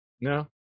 no